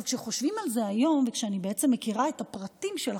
כשחושבים על זה היום וכשאני מכירה את הפרטים של החקיקה,